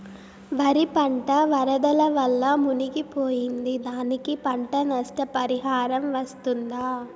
వరి పంట వరదల వల్ల మునిగి పోయింది, దానికి పంట నష్ట పరిహారం వస్తుందా?